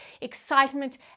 excitement